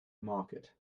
market